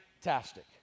fantastic